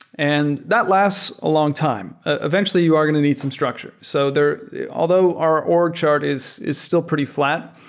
and that lasts a long time. eventually, you are going to need some structure. so although our org chart is is still pretty fl at,